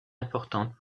importante